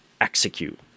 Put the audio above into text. execute